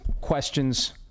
questions